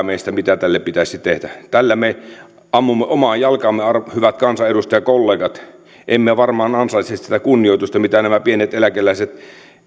meistä tietää mitä tälle pitäisi tehdä tällä me ammumme omaan jalkaamme hyvät kansanedustajakollegat emme varmaan ansaitse sitä sitä kunnioitusta mitä nämä pienet eläkeläiset